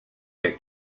der